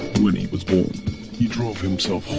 when he was born he drove himself